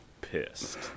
pissed